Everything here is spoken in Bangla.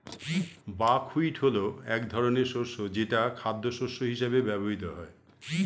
বাকহুইট হলো এক ধরনের শস্য যেটা খাদ্যশস্য হিসেবে ব্যবহৃত হয়